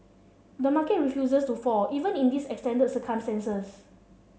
the market refuses to fall even in these extended circumstances